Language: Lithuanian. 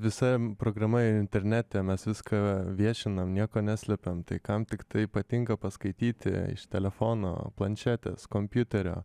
visa programa internete mes viską viešinam nieko neslepiam tai kam piktai patinka paskaityti telefono planšetės kompiuterio